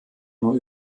nur